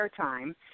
airtime